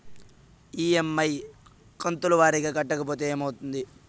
EMI కంతుల వారీగా కట్టకపోతే ఏమవుతుంది?